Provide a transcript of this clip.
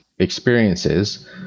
experiences